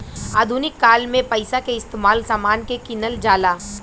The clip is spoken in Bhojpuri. आधुनिक काल में पइसा के इस्तमाल समान के किनल जाला